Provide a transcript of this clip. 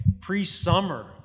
pre-summer